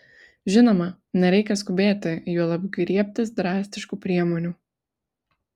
žinoma nereikia skubėti juolab griebtis drastiškų priemonių